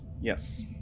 Yes